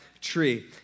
tree